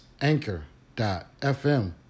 anchor.fm